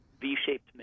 V-shaped